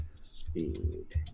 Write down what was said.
speed